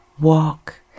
Walk